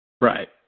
Right